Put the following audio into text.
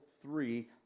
three